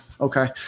Okay